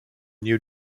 new